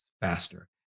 faster